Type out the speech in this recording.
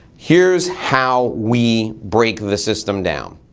here's how we break the system down.